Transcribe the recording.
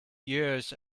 years